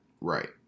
Right